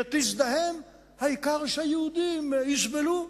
שתזדהם, העיקר שהיהודים יסבלו.